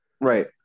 Right